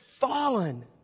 fallen